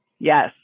Yes